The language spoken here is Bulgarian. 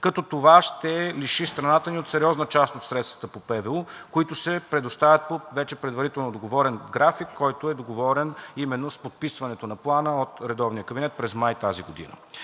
като това ще лиши страната ни от сериозна част от средствата по Плана за възстановяване и устойчивост, които се предоставят по вече предварително договорен график, който е договорен именно с подписването на Плана от редовния кабинет през май тази година.